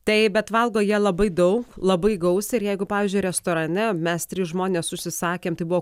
tai bet valgo jie labai daug labai gausiai ir jeigu pavyzdžiui restorane mes trys žmonės užsisakėm tai buvo